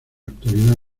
actualidad